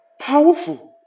powerful